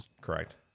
Correct